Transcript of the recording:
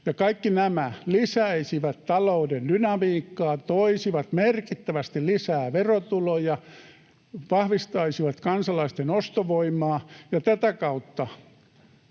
Kaikki nämä lisäisivät talouden dynamiikkaa, toisivat merkittävästi lisää verotuloja, vahvistaisivat kansalaisten ostovoimaa, ja tätä kautta